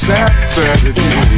Saturday